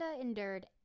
endured